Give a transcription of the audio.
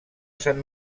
sant